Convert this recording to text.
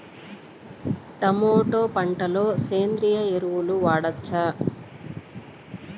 Tomato పంట లో సేంద్రియ ఎరువులు వాడవచ్చా?